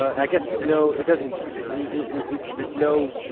i guess it's no it doesn't it's it's no